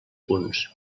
punts